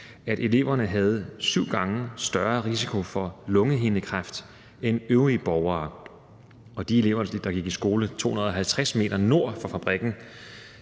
at eleverne havde syv gange større risiko for lungehindekræft end øvrige borgere. Og de elever, der gik i skole 250 m nord for fabrikken,